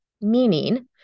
meaning